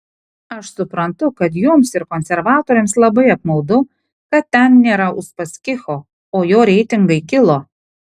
aš suprantu kad jums ir konservatoriams labai apmaudu kad ten nėra uspaskicho o jo reitingai kilo